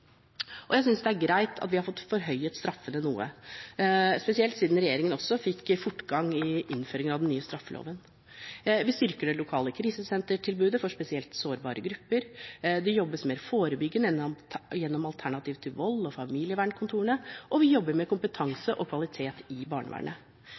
seg. Jeg synes det er greit at vi har fått forhøyet straffene noe, spesielt ved at regjeringen fikk fortgang i innføring av den nye straffeloven. Vi styrker det lokale krisesentertilbudet for spesielt sårbare grupper. Det jobbes mer forebyggende gjennom Alternativ til Vold og familievernkontorene, og vi jobber med